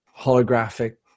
holographic